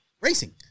racing